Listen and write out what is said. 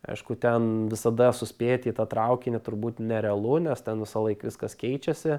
aišku ten visada suspėti į tą traukinį turbūt nerealu nes ten visąlaik viskas keičiasi